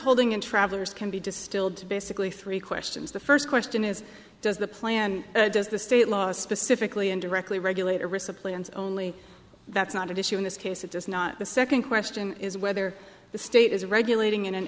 holding in travelers can be distilled to basically three questions the first question is does the plan does the state law specifically and directly regulate arista plans only that's not at issue in this case it does not the second question is whether the state is regulating in an